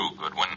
Goodwin